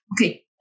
okay